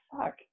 fuck